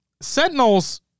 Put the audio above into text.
Sentinels